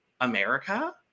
America